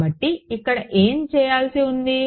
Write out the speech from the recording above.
కాబట్టి ఇక్కడ ఏమి చేయాల్సి ఉంది